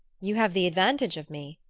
you have the advantage of me,